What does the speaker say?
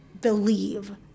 believe